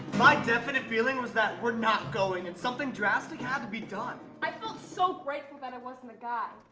my definite feeling was that we're not going, and something drastic had to be done. i felt so grateful that i wasn't a guy,